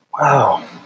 Wow